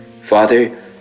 Father